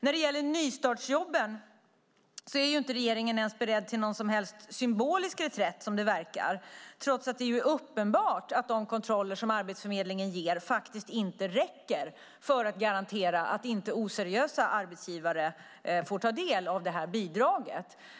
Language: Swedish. När det gäller nystartsjobben är regeringen inte beredd ens till någon symbolisk reträtt som det verkar, trots att det är uppenbart att de kontroller som Arbetsförmedlingen gör inte räcker för att garantera att inte oseriösa arbetsgivare får ta del av bidragen.